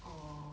err